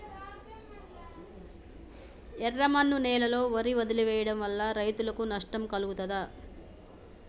ఎర్రమన్ను నేలలో వరి వదిలివేయడం వల్ల రైతులకు నష్టం కలుగుతదా?